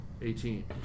Eighteen